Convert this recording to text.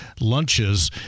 lunches